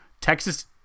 Texas